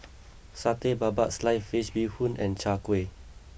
Satay Babat Sliced Fish Bee Hoon Soup and Chai Kueh